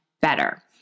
better